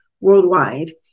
worldwide